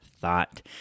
Thought